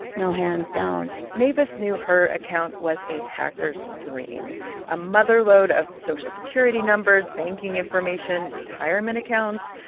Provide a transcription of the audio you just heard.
no. hands down mavis knew her account was a hacker's dream a mother lode of social security numbers, banking information, retirement accounts,